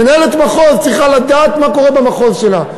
מנהלת מחוז צריכה לדעת מה קורה במחוז שלה,